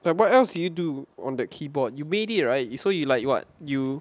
well what else can you do on the keyboard you made it right so you like what you